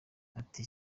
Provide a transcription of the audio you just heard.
ati